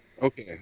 Okay